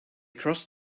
crossed